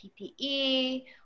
PPE